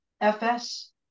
FS